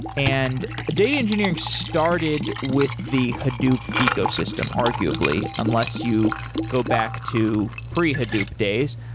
and data engineering started with the hadoop ecosystem, arguably. unless you go back to pre-hadoop days,